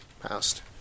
Passed